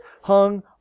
hung